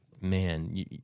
man